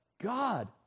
God